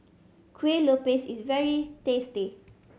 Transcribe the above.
kue lupis is very tasty